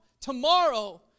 tomorrow